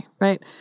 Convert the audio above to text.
right